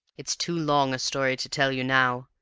it's too long a story to tell you now,